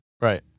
right